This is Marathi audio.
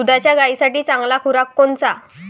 दुधाच्या गायीसाठी चांगला खुराक कोनचा?